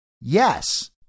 Yes